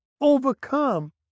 overcome